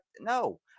no